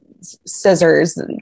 scissors